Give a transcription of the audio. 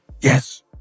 Yes